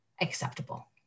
acceptable